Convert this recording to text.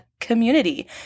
community